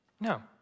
No